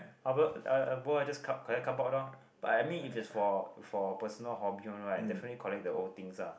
cardboard just card~ collect cardboard lor but I mean if it's for for personal hobby one right definitely collect the old things ah